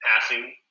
passing